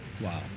Wow